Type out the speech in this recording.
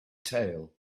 tail